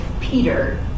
Peter